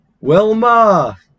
Wilma